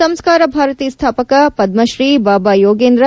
ಸಂಸ್ಕಾರ ಭಾರತಿ ಸ್ಡಾಪಕ ಪದ್ಮ ಶ್ರೀ ಬಾಬಾ ಯೊಗೇಂದ್ರ